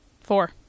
Four